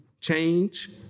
change